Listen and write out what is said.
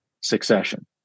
succession